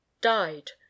died